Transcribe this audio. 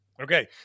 Okay